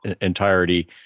entirety